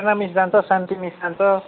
प्रेरणा miss जान्छ शान्ती miss जान्छ